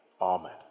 amen